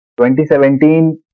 2017